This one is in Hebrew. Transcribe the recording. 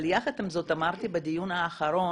אבל יחד עם זאת, אמרתי בדיון האחרון,